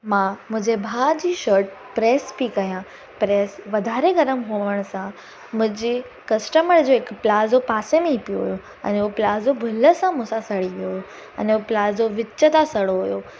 मां मुजे भाउ जी शट प्रेस पई कया प्रेस वधारे गर्म हुजण सां मुंहिंजे कस्टमर जो हिकु प्लाज़ो पासे में ई पियो हुप अने उहो प्लाज़ो भूल सां मूंसां सड़ी वियो हुओ अने उहो प्लाज़ो विच सां सड़ो हुओ